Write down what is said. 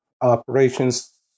operations